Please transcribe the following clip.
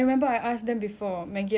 nak try buat kat dalam kat rumah